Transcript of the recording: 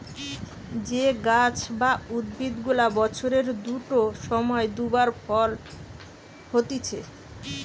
যে গাছ বা উদ্ভিদ গুলা বছরের দুটো সময় দু বার ফল হতিছে